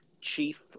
Chief